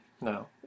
No